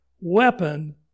weapon